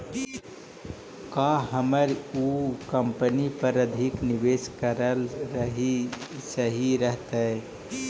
का हमर उ कंपनी पर अधिक निवेश करल सही रहतई?